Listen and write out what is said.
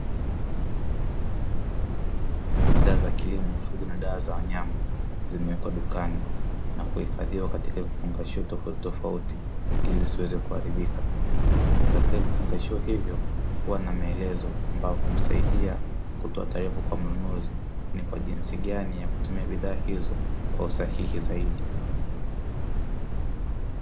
Bidhaa za kilimo, mifugo na dawa za wanyama, zimewekwa dukani na kuhifadhiwa katika vifungashio tofautitofauti ili zisiweze kuharibika, na katika vifungashio hivyo huwa na maelezo ambayo humsaidia kutoa taarifa kwa mnunuzi ni kwa jinsi gani ya kutumia bidhaa hizo kwa usahihi zaidi.